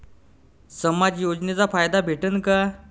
समाज योजनेचा फायदा भेटन का?